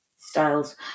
styles